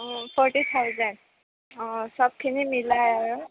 অঁ forty thousand অঁ চবখিনি মিলাই আৰু